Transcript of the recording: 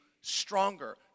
stronger